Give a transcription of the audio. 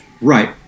Right